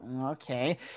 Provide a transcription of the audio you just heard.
okay